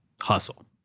hustle